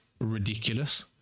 ridiculous